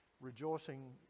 rejoicing